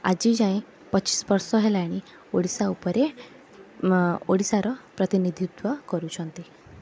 ଆଜିଯାଏଁ ପଚିଶବର୍ଷ ହେଲାଣି ଓଡ଼ିଶା ଉପରେ ଓଡ଼ିଶାର ପ୍ରତିନିଧିତ୍ୱ କରୁଛନ୍ତି